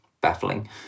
baffling